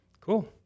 Cool